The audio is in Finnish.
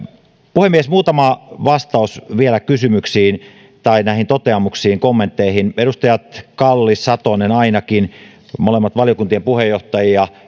puhemies muutama vastaus vielä kysymyksiin toteamuksiin tai kommentteihin ainakin edustajat kalli ja satonen molemmat valiokuntien puheenjohtajia